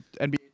NBA